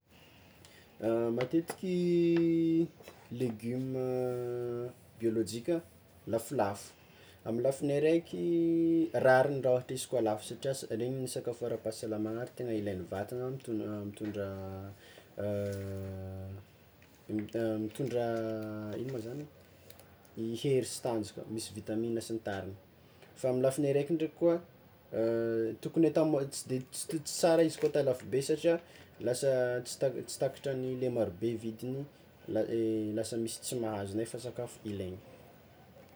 Matetiky legioma biôlojika lafolafo, amin'ny lafiny araiky rariny raha ôhatra izy koa lafo satria sa- regny no sakafo ara-pahasalamagna ary tegna ilaign'ny vatagna mitondra mitondra mitondra ino ma zany hery sy tanjaka misy vitamina sy ny tariny; fa amin'ny lafiny araiky ndraiky koa, tokony atao, tsy de tsy tsara izy koa atao lafobe satria lasa tsy taka- tsy takatran'ny le marobe i vidiny la- e lasa misy tsy mahazo nefa sakafo ilaigny.